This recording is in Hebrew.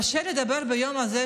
קשה לדבר ביום הזה,